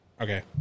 Okay